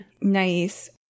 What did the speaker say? Nice